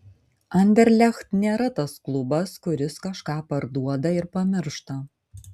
anderlecht nėra tas klubas kuris kažką parduoda ir pamiršta